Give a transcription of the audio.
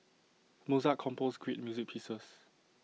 Mozart composed great music pieces